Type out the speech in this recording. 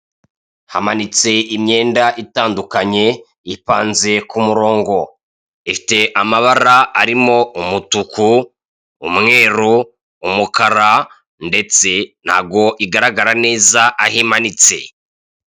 Hamanitse imyenda itandukanye ipanze ku murongo, ifite amabara arimo umutuku, umweru, umukara, ndetse ntabwo igaragara neza aho imanitse.